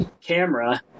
camera